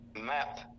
map